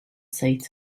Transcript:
seat